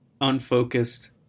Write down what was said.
unfocused